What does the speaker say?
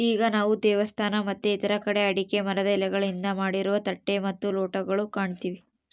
ಈಗ ನಾವು ದೇವಸ್ಥಾನ ಮತ್ತೆ ಇತರ ಕಡೆ ಅಡಿಕೆ ಮರದ ಎಲೆಗಳಿಂದ ಮಾಡಿರುವ ತಟ್ಟೆ ಮತ್ತು ಲೋಟಗಳು ಕಾಣ್ತಿವಿ